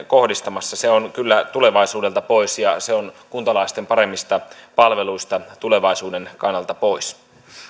kohdistamassa se on kyllä tulevaisuudelta pois ja se on kuntalaisten paremmista palveluista tulevaisuuden kannalta pois